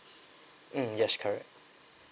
um yes correct